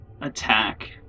attack